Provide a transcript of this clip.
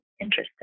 interesting